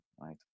right